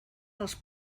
dels